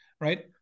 right